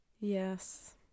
yes